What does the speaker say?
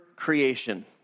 creation